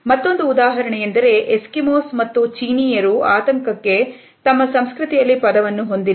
ಮತ್ತೊಂದು ಉದಾಹರಣೆಯೆಂದರೆ ಎಸ್ಕಿಮೋಸ್ ಮತ್ತು ಚೀನಿಯರು ಆತಂಕಕ್ಕೆ ತಮ್ಮ ಸಂಸ್ಕೃತಿಯಲ್ಲಿ ಪದವನ್ನು ಹೊಂದಿಲ್ಲ